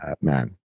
man